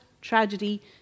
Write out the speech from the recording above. tragedy